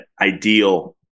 ideal